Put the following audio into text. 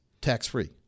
tax-free